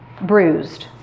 bruised